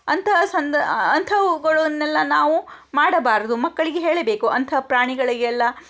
ಅಂತಹ ಸಂದ ಅಂಥವುಗಳನ್ನೆಲ್ಲ ನಾವು ಮಾಡಬಾರದು ಮಕ್ಕಳಿಗೆ ಹೇಳಬೇಕು ಅಂಥ ಪ್ರಾಣಿಗಳಿಗೆಲ್ಲ